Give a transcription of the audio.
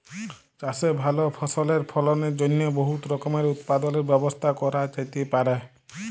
চাষে ভাল ফসলের ফলনের জ্যনহে বহুত রকমের উৎপাদলের ব্যবস্থা ক্যরা যাতে পারে